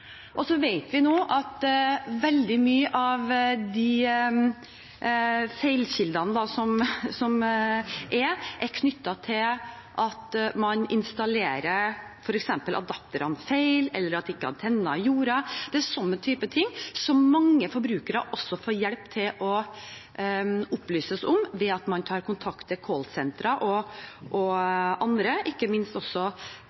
vet nå at veldig mange av de feilkildene som er, f.eks. er knyttet til at man installerer adapterne feil, eller at antennen ikke er jordet. Det er slike ting mange forbrukere får hjelp til ved at man tar kontakt med call-sentrene eller andre, ikke minst staben til NRK, som har mulighet til å rykke ut og